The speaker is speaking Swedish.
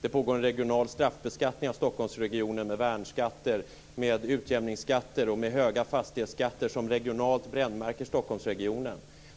Det pågår en regional straffbeskattning av Stockholmsregionen med värnskatter, med utjämningsskatter och med höga fastighetsskatter som regionalt brännmärker Stockholmsregionen.